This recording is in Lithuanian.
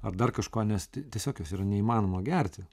ar dar kažko nes ti tiesiog jos yra neįmanoma gerti